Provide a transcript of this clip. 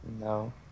No